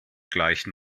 gleichen